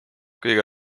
kõige